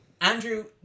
Andrew